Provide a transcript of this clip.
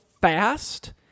fast